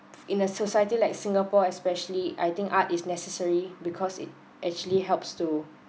in a society like singapore especially I think art is necessary because it actually helps to